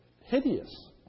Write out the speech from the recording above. hideous